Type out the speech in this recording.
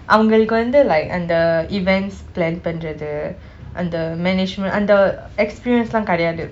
அவங்களுக்கு வந்து:avankalukku vanthu like அந்த:antha events plan பன்றது அந்த:panrathu antha management அந்த:antha experience லாம் கிடையாது:laam kidaiyathu